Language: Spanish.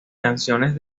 canciones